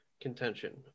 contention